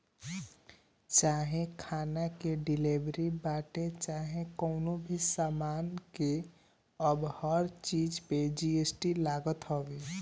चाहे खाना के डिलीवरी बाटे चाहे कवनो भी सामान के अब हर चीज पे जी.एस.टी लागत हवे